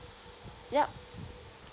yup